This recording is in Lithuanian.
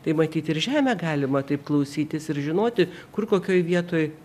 tai matyt ir žemę galima taip klausytis ir žinoti kur kokioj vietoj